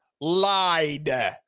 Lied